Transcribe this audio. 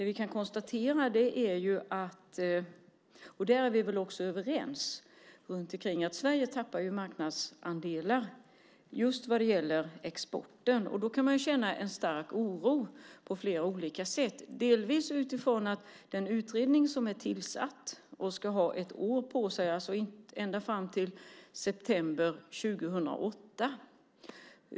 Vi kan ju konstatera - och där är vi väl också överens - att Sverige tappar marknadsandelar just vad gäller exporten. Då kan man känna en stark oro på flera olika sätt, bland annat utifrån att den utredning som är tillsatt ska ha ett år på sig, alltså ända fram till september 2008.